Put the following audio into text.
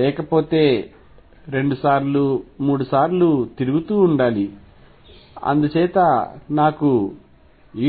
లేకపోతే రెండుసార్లు మూడుసార్లు తిరుగుతూ ఉండాలి అందుచేత నాకు